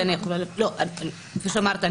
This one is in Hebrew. כפי שאמרתי,